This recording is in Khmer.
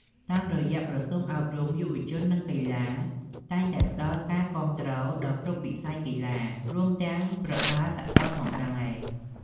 តាមរយៈក្រសួងអប់រំ យុវជន និងកីឡា តែងតែផ្តល់ការគាំទ្រដល់គ្រប់វិស័យកីឡា រួមទាំងប្រដាល់សកលផងដែរ។